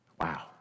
Wow